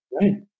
Right